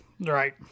right